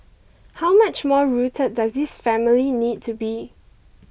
how much more rooted does this family need to be